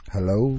Hello